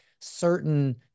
certain